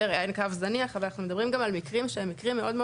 אנחנו גם מדברים על מקרים מאוד מאוד